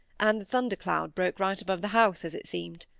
and the thunder-cloud broke right above the house, as it seemed.